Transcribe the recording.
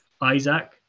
Isaac